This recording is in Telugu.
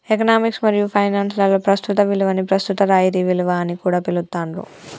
ఎకనామిక్స్ మరియు ఫైనాన్స్ లలో ప్రస్తుత విలువని ప్రస్తుత రాయితీ విలువ అని కూడా పిలుత్తాండ్రు